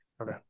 Okay